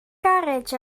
garej